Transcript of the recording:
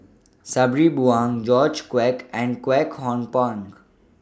Sabri Buang George Quek and Kwek Hong Png